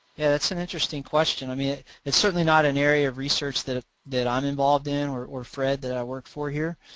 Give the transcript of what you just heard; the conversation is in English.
yeah that's an interesting question. i mean it's certainly not an area of research that ah that i'm involved in or or fred that i work for here.